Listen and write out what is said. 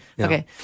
Okay